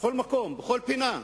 בכל מקום, בכל פינה,